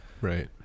Right